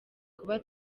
kuba